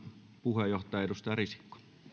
puheenjohtaja edustaja risikko